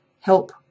help